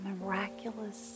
miraculous